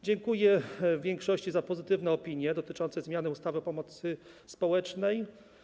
Dziękuję za w większości pozytywne opinie dotyczące zmiany ustawy o pomocy społecznej.